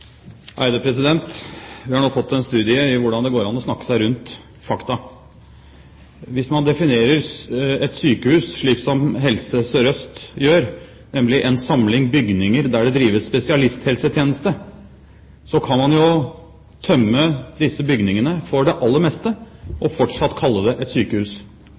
Vi har nå fått en studie i hvordan det går an å snakke seg rundt fakta. Hvis man definerer et sykehus slik som Helse Sør-Øst gjør, nemlig en samling bygninger der det drives spesialisthelsetjeneste, kan man jo tømme disse bygningene for det aller meste og fortsatt kalle det et sykehus.